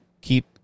keep